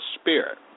Spirit